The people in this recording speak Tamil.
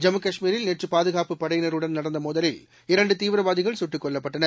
ஜம்மு கஷ்மீரில் நேற்றுபாதுகாப்புப் படையினருடன் நடந்தமோதலில் இரண்டுதீவிரவாதிகள் கட்டுக் கொல்லப்பட்டனர்